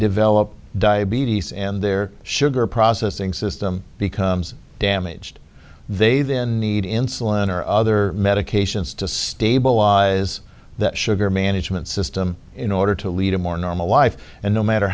develop diabetes and their sugar processing system becomes damaged they then need insulin or other medications to stabilize that sugar management system in order to lead a more normal life and no matter